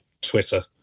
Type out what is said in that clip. Twitter